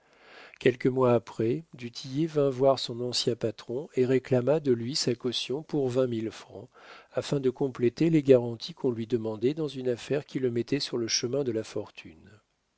quelques mois après du tillet vint voir son ancien patron et réclama de lui sa caution pour vingt mille francs afin de compléter les garanties qu'on lui demandait dans une affaire qui le mettait sur le chemin de la fortune